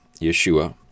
Yeshua